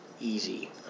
Easy